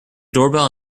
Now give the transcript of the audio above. doorbell